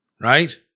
Right